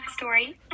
backstory